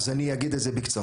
אז אני אגיד על זה בקצרה.